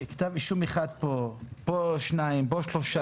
פה כתב אישום אחד, פה שניים, פה שלושה.